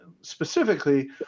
specifically